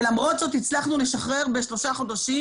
ולמרות זאת, הצלחנו לשחרר בשלושה חודשים